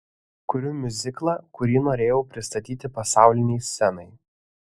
kuriu miuziklą kurį norėjau pristatyti pasaulinei scenai